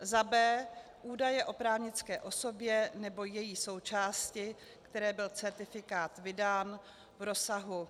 b) údaje o právnické osobě nebo její součásti, které byl certifikát vydán, v rozsahu